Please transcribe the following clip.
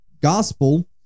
Gospel